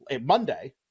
Monday